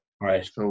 Right